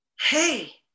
Hey